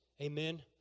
Amen